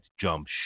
jump